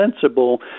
sensible